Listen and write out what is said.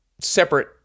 separate